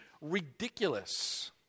ridiculous